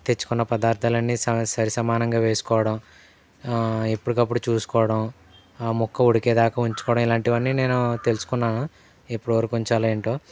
తెచ్చుకున్న పదార్థాలన్నీ సరిసమానంగా వేసుకోవడం ఎప్పటికప్పుడు చూసుకోవడం ముక్క ఉడికేదాక ఉంచుకోవడం ఇలాంటివన్నీ నేను తెలుసుకున్నాను ఎప్పటివరకు ఉంచాలో ఏంటో